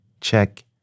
Check